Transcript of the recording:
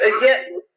again